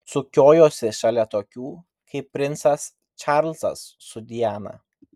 sukiojosi šalia tokių kaip princas čarlzas su diana